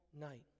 night